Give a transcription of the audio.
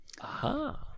Aha